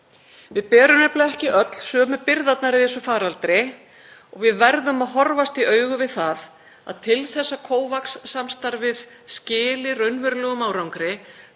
Við berum nefnilega ekki öll sömu byrðarnar í þessum faraldri og við verðum að horfast í augu við að til þess að COVAX-samstarfið skili raunverulegum árangri